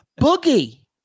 Boogie